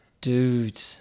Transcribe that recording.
Dude